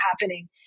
happening